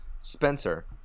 spencer